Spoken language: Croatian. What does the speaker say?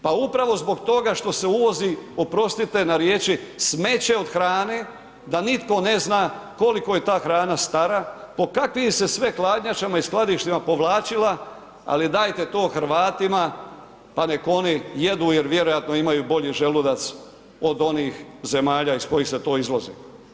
Pa upravo zbog toga što se uvozi, oprostite na riječi, smeće od hrane, da nitko ne zna koliko je ta hrana stara, po kakvim se sve hladnjačama i skladištima povlačila, ali, dajte to Hrvatima pa nek oni jedu jer vjerojatno imaju bolji želudac od onih zemalja iz kojih se to izvozi.